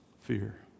Fear